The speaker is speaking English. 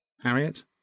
Harriet